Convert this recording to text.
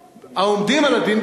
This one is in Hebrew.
העומדים על הדין,